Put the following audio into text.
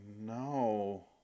no